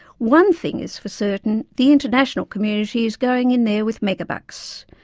one thing is for certain, the international community is going in there with megabucks.